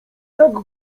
tak